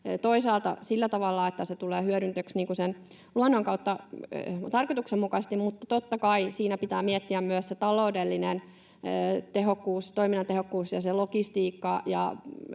toisaalta sillä tavalla, että se tulee hyödynnetyksi luonnon kautta tarkoituksenmukaisesti, mutta totta kai siinä pitää miettiä myös sitä taloudellista tehokkuutta, toiminnan tehokkuutta ja logistiikkaa.